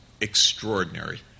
extraordinary